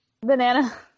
Banana